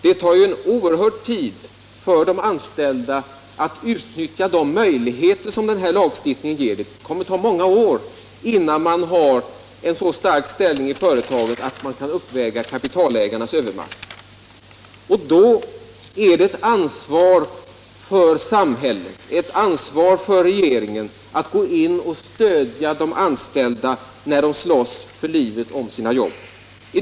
Det tar oerhört lång tid för de anställda innan de kan utnyttja de möjligheter som denna lagstiftning ger dem. Det kan ta många år innan de anställda har en så stark ställning i företagen att de kan uppväga kapitalägarnas övermakt. I det läget har samhället ett ansvar, och regeringen måste gå in och stödja de anställda när de slåss för livet om sina jobb.